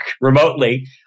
remotely